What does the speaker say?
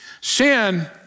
Sin